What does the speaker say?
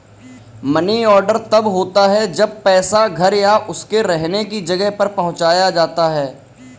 money order तब होता है जब पैसा घर या उसके रहने की जगह पर पहुंचाया जाता है